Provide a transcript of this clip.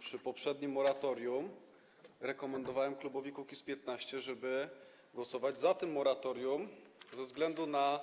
Przy poprzednim moratorium rekomendowałem klubowi Kukiz’15, żeby głosować za tym moratorium ze względu na